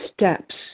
steps